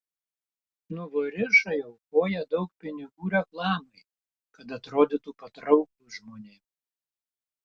nuvorišai aukoja daug pinigų reklamai kad atrodytų patrauklūs žmonėms